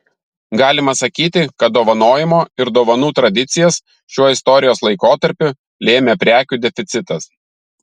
galima sakyti kad dovanojimo ir dovanų tradicijas šiuo istorijos laikotarpiu lėmė prekių deficitas